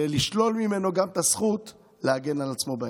ולשלול ממנו גם את הזכות להגן על עצמו בהמשך.